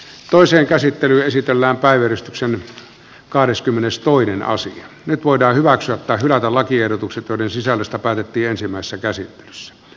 toisen käsittely esitellään päivystyksen kahdeskymmenestoinen asuu nyt voidaan hyväksyä tai hylätä lakiehdotukset joiden sisällöstä päätettiin ensimmäisessä käsittelyssä